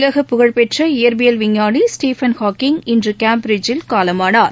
உலக புகழ் பெற்ற இயற்பியல் விஞ்ஞானி ஸ்டபன் ஹாக்கிங் இன்று கேம்பிரிட்ஜில் காலமானார்